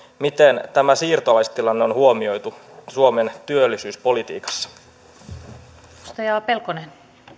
miten tämä siirtolaistilanne on huomioitu suomen työllisyyspolitiikassa